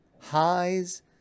highs